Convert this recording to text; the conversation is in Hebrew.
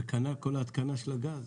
כנ"ל כל ההתקנה של הגז.